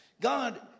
God